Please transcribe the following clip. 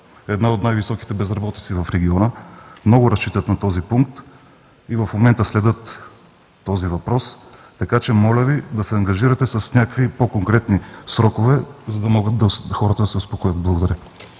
една от най-високите безработици в региона, много разчитат на този пункт и в момента следят този въпрос. Така че моля Ви да се ангажирате с някакви по-конкретни срокове, за да могат хората да се успокоят. Благодаря.